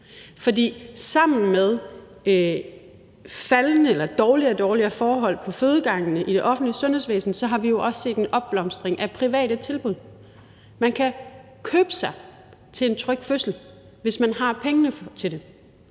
For sammen med dårligere og dårligere forhold på fødegangene i det offentlige sundhedsvæsen har vi jo også set en opblomstring af private tilbud. Man kan købe sig til en tryg fødsel, hvis man har pengene til det.